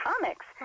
comics